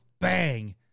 bang